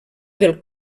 del